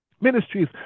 ministries